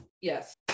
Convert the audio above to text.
Yes